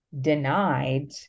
denied